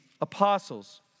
apostles